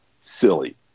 silly